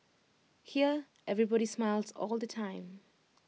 here everybody smiles all the time